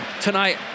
Tonight